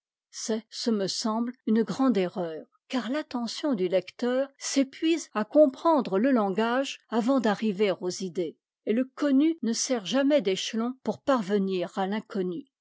c'est ce me semble une grande erreur car l'attention du lecteur s'épuise à comprendre le langage avant d'arriver aux idées et le connu ne sert jamais d'échelon pour parvenir à